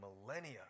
millennia